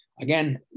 Again